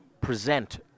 present